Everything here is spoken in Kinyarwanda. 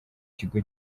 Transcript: kigo